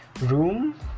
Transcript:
room